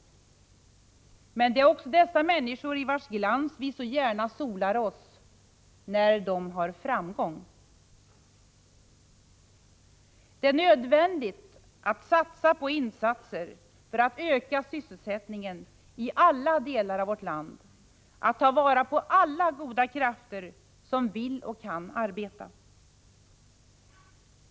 Det är också i dessa människors glans vi så gärna solar oss när de har framgång. Det är nödvändigt med insatser för att öka sysselsättningen i alla delar i vårt land, att ta vara på alla goda krafter som vill och kan arbeta.